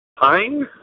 Pine